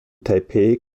taipeh